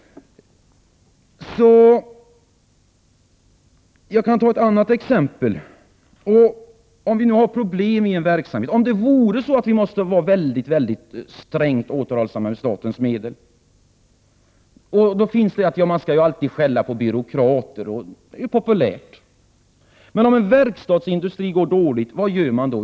Jag kan ta ett annat exempel. Om man har verkliga problem i en verksamhet, och om det vore så att vi måste vara strängt återhållsamma med statens medel, är det ju populärt att skälla på byråkrater. Men om en verkstadsindustri går dåligt, vad gör den då?